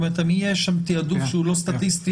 האם יש שם תעדוף שהוא לא סטטיסטי?